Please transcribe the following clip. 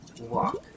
walk